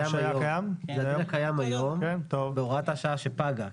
זה הדין הקיים היום בהוראת השעה שפגה.